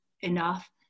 enough